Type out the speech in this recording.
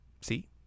See